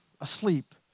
asleep